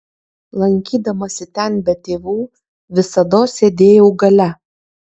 lankydamasi ten be tėvų visados sėdėjau gale